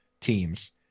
teams